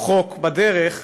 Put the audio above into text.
חוק בדרך,